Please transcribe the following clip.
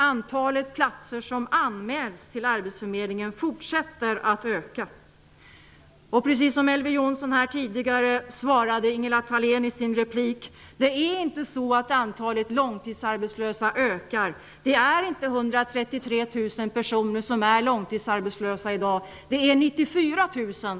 Antalet platser som anmäls till arbetsförmedlingen fortsätter att öka. Thalén i sin replik är det inte så att antalet långtidsarbetslösa ökar. Det är inte 133 000 personer som är långtidsarbetslösa i dag, det är 94 000.